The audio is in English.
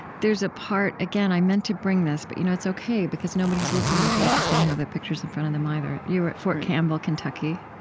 there's a part again, i meant to bring this, but you know it's o k, because nobody who's listening to us is going to have the pictures in front of them either you were at fort campbell, kentucky,